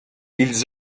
ils